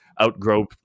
outgrow